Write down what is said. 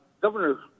Governor